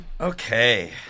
Okay